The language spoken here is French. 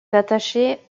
attaché